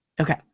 Okay